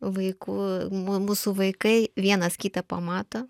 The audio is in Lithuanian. vaikų mūsų vaikai vienas kitą pamato